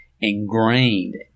ingrained